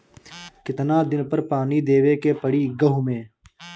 कितना दिन पर पानी देवे के पड़ी गहु में?